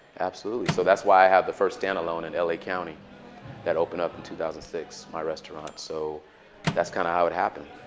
absolutely. so that's why i had the first standalone in la county that opened up in two thousand and six, my restaurant. so that's kind of how it happened.